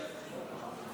לסעיף